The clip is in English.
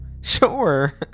Sure